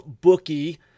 bookie